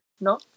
no